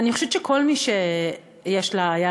אני רוצה, באמת,